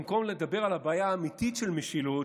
במקום לדבר על הבעיה האמיתית של משילות,